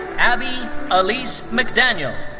abbey alise mcdaniel.